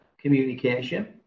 communication